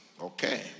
okay